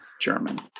German